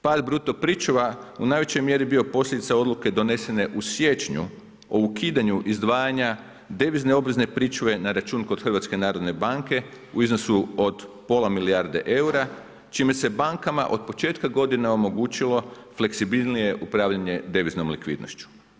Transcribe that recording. Pad bruto pričuva u najvećoj mjeri bio je posljedica odluke donesene u siječnju o ukidanju izdvajanja devizne obvezne pričuve na račun kod HNB-a u iznosu od pola milijarde eura čime se bankama od počeka godine omogućilo fleksibilnije upravljanje deviznom likvidnošću.